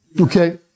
Okay